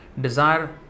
desire